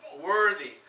Worthy